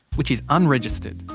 which is unregistered.